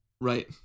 Right